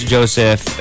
Joseph